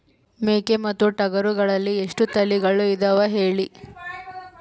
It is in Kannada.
ಮೇಕೆ ಮತ್ತು ಟಗರುಗಳಲ್ಲಿ ಎಷ್ಟು ತಳಿಗಳು ಇದಾವ ಹೇಳಿ?